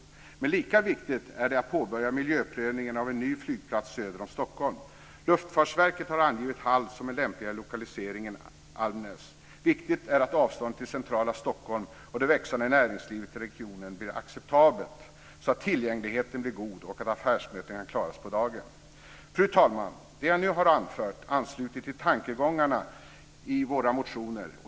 Men lika viktigt är att påbörja miljöprövningen av en ny flygplats söder om Stockholm. Luftfartsverket har angett Hall som en lämpligare lokalisering än Almnäs. Viktigt är att avståndet till centrala Stockholm och det växande näringslivet i regionen blir acceptabelt så att tillgängligheten blir god och så att affärsmöten kan klaras över dagen. Fru talman! Det jag nu har anfört ansluter till tankegångarna i våra motioner.